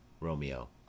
Romeo